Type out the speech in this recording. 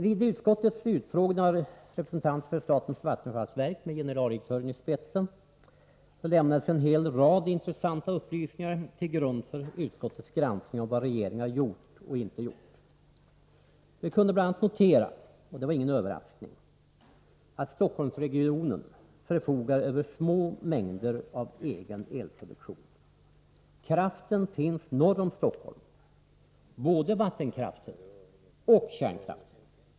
Vid utskottets utfrågning av representanter för statens vattenfallsverk med generaldirektören i spetsen lämnades en hel rad intressanta upplysningar till grund för utskottets granskning av vad regeringar gjort och inte gjort. Vi kunde bl.a. notera — och det var ingen överraskning — att Stockholmsregionen förfogar över små mängder av egen elproduktion. Kraften finns norr om Stockholm — både vattenkraften och kärnkraften.